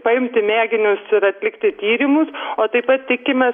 paimti mėginius ir atlikti tyrimus o taip pat tikimės